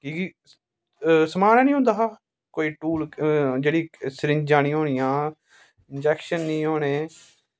की कि समान गै नी होंदा हा कोई टूल जेह्ड़ी सरिंजां नी होनियां इंजैक्शन नी होने